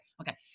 Okay